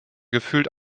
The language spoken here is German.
gefühlt